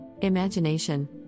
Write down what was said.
Imagination